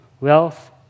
wealth